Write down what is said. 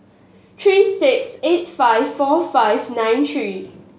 three six eight five four five nine three